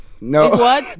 No